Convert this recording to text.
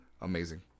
amazing